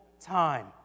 time